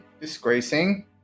disgracing